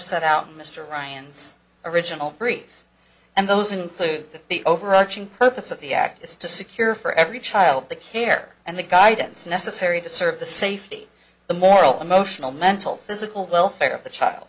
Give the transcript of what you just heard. set out in mr ryan's original brief and those include the overarching purpose of the act is to secure for every child the care and the guidance necessary to serve the safety the moral emotional mental physical welfare of the child